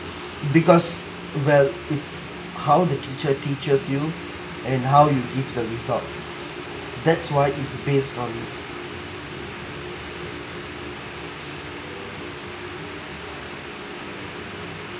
because well it's how the teacher teaches you and how you give the result that's why it's based on